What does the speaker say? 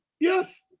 Yes